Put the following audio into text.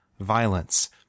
violence